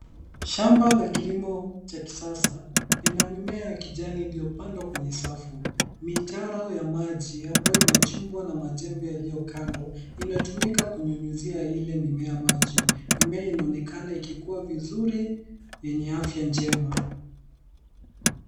Shamba la kilimo cha kisasa lina mimea ya kijani iliyopandwa kwenye safu. Mitaro ya maji ambayo imechimbwa na majembe yaliyo kando inatumika kunyunyizia ile mimea maji. Mimea inaonekana ikikua vizuri yenye afya njema.